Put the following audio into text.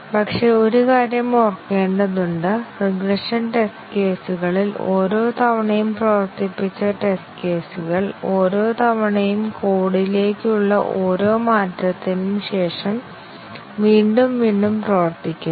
പക്ഷേ ഒരു കാര്യം ഓർക്കേണ്ടതുണ്ട് റിഗ്രഷൻ ടെസ്റ്റ് കേസുകളിൽ ഓരോ തവണയും പ്രവർത്തിപ്പിച്ച ടെസ്റ്റ് കേസുകൾ ഓരോ തവണയും കോഡിലേക്കുള്ള ഓരോ മാറ്റത്തിനും ശേഷം വീണ്ടും വീണ്ടും പ്രവർത്തിക്കുന്നു